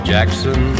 Jackson